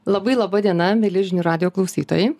labai laba diena mieli žinių radijo klausytojai